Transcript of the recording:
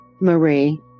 Marie